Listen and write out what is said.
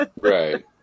Right